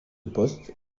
poste